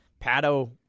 Pato